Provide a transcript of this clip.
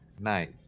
nice